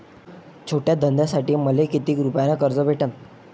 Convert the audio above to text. छोट्या धंद्यासाठी मले कितीक रुपयानं कर्ज भेटन?